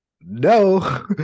no